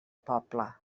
poble